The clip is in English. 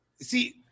see